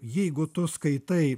jeigu tu skaitai